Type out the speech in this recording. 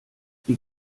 wie